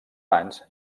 anys